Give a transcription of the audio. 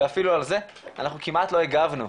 ואפילו על זה אנחנו כמעט לא הגבנו.